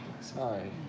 Sorry